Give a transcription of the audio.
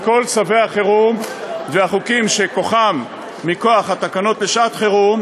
את כל צווי החירום והחוקים שכוחם מכוח התקנות לשעת-חירום,